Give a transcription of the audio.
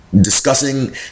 discussing